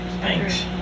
Thanks